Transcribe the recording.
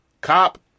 cop